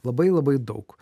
labai labai daug